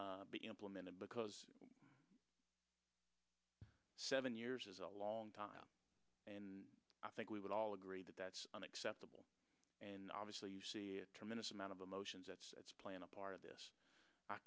to be implemented because seven years is a long time and i think we would all agree that that's unacceptable and obviously you see a tremendous amount of emotions that's plan a part of this